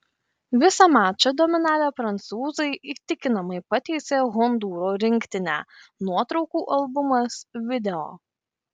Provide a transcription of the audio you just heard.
visą mačą dominavę prancūzai įtikinamai patiesė hondūro rinktinę nuotraukų albumas video